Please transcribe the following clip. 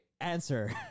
answer